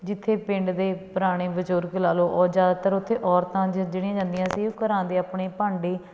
ਜਿੱਥੇ ਪਿੰਡ ਦੇ ਪੁਰਾਣੇ ਬਜ਼ੁਰਗ ਲਾ ਲੋ ਉਹ ਜ਼ਿਆਦਾਤਰ ਉੱਥੇ ਔਰਤਾਂ ਜਿ ਜਿਹੜੀਆਂ ਜਾਂਦੀਆਂ ਸੀ ਉਹ ਘਰਾਂ ਦੇ ਆਪਣੇ ਭਾਂਡੇ